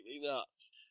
nuts